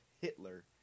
Hitler